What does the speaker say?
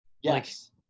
yes